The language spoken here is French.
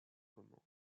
commande